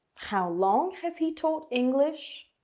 how long has he taught english?